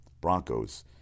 Broncos